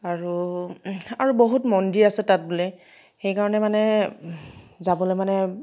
আৰু আৰু বহুত মন্দিৰ আছে তাত বোলে সেইকাৰণে মানে যাবলৈ মানে